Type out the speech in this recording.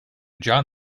john